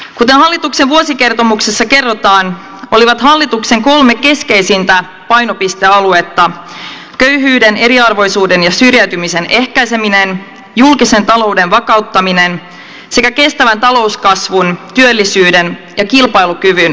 kuten hallituksen vuosikertomuksessa kerrotaan olivat hallituksen kolme keskeisintä painopistealuetta köyhyyden eriarvoisuuden ja syrjäytymisen ehkäiseminen julkisen talouden vakauttaminen sekä kestävän talouskasvun työllisyyden ja kilpailukyvyn vahvistaminen